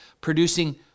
producing